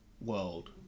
world